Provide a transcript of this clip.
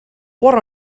what